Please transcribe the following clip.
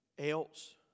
else